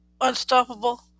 unstoppable